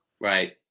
Right